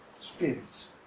spirits